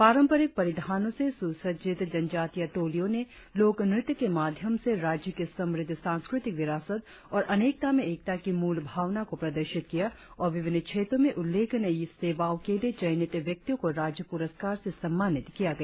पारपंरिक परिधानों से सुसज्जित जनजातीय टोलियों ने लोकनृत्य के माध्यम से राज्य की समृद्ध सांस्कृतिक विरासत और अनेकता में एकता की मूल भावना को प्रदर्शित किया और विभिन्न क्षेत्रों में उल्लेखनीय सेवाओं के लिए चयनित व्यक्तियों को राज्य पुरस्कार से सम्मानित किया गया